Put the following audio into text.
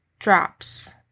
drops